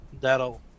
that'll